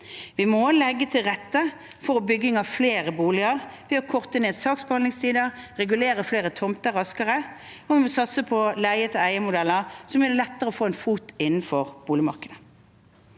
også legge til rette for bygging av flere boliger ved å korte ned saksbehandlingstider, regulere flere tomter raskere, og vi må satse på leie-til-eie-modeller, som gjør det lettere å få en fot innenfor boligmarkedet.